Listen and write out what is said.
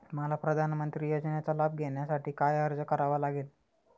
मला प्रधानमंत्री योजनेचा लाभ घेण्यासाठी काय अर्ज करावा लागेल?